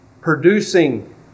producing